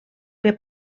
que